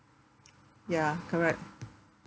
ya correct